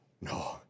No